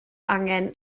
angen